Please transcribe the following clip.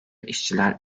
işçiler